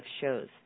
shows